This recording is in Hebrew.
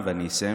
ואני אסיים,